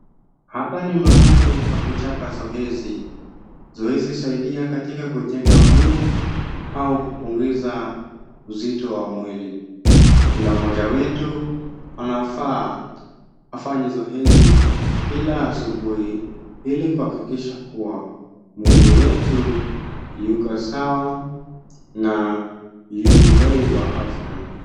Hapa ni mahali pa kuchapa zoezi. Zoezi husaidia katika kujenga mwili au kupunguza uzito wa mwili. Kila mmoja wetu anafaa afanye zoezi kila asubuhi ili kuhakikisha kuwa mwili yetu yuko sawa na yubuheri wa afya.